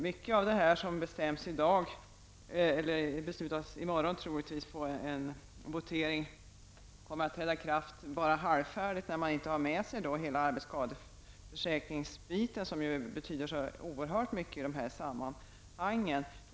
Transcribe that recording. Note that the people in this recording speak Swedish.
Mycket av det som vi i morgon kommer att fatta beslut om i voteringen kommer att träda i kraft halvfärdigt eftersom arbetsskadeförsäkringen, som betyder så oerhört mycket i dessa sammanhang, inte finns med.